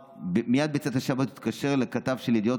מייד בצאת השבת הוא התקשר לכתב של ידיעות